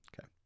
Okay